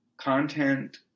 content